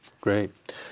Great